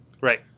Right